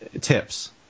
tips